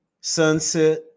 Sunset